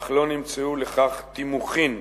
אך לא נמצאו לכך תימוכין.